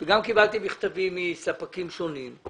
וגם קיבלתי מכתבים מספקים שונים.